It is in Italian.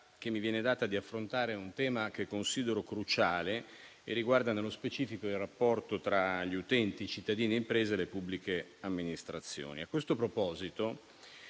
che mi viene data di affrontare un tema che considero cruciale e riguarda nello specifico il rapporto tra gli utenti, cittadini e imprese, e le pubbliche amministrazioni. A questo proposito,